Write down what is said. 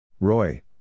Roy